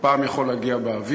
פעם זה יכול להגיע באוויר,